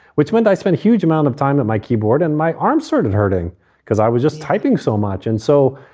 which one day i spent a huge amount of time at my keyboard and my arm sort of hurting because i was just typing so much and so,